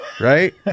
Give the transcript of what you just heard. right